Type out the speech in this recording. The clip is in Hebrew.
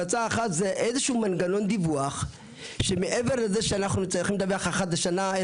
איזשהו מנגנון דיווח שמעבר לזה שאנחנו צריכים לדווח אחת לשנה,